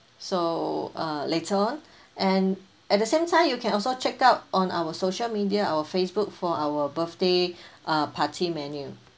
so uh later on and at the same time you can also check out on our social media our Facebook for our birthday uh party menu